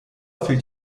fehlt